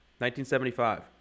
1975